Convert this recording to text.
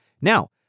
Now